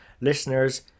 listeners